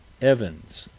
evans,